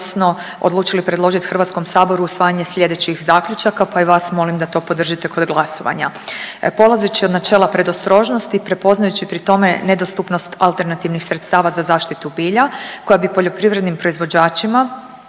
Hrvatskom saboru usvajanje sljedećih zaključaka, pa i vas molim da to podržite kod glasovanja.